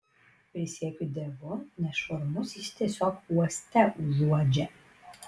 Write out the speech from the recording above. prisiekiu dievu nešvarumus jis tiesiog uoste užuodžia